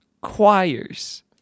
choirs